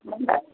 ମନ୍ଦାର